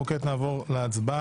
כעת אנחנו נעבור להצבעה.